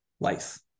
life